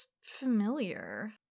familiar